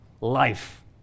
life